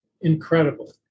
Incredible